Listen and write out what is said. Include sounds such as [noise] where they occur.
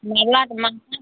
মেলা [unintelligible]